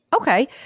Okay